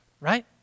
right